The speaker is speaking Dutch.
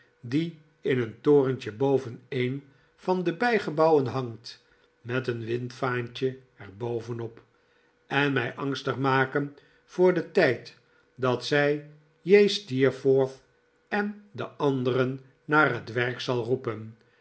die in een torentje boven een van de bijgebouwen hangt met een windvaantje er bovenop en mij angstig maken voor den tijd dat zij j steerforth en de anderen naar het werk zal roepen